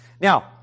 Now